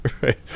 right